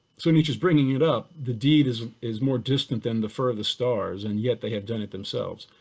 so nietzsche's bringing it up, the deed is is more distant than the furthest stars and yet they had done it themselves.